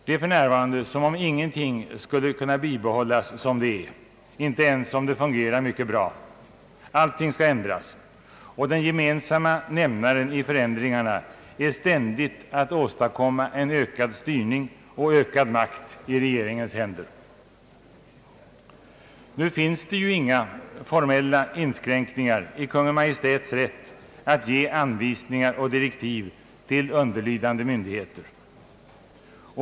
Det är för närvarande som om ingenting skulle kunna bibehållas som det är, inte ens om det fungerar mycket bra; allting skall ändras och den gemensamma nämnaren i förändringarna är ständigt att åstadkomma en ökad styrning och ökad makt i regeringens händer. Nu finns det ju inga formella inskränkningar i Kungl. Maj:ts rätt att ge anvisningar och direktiv till underlydande myndigheter.